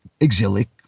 exilic